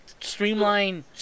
streamline